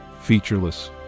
Featureless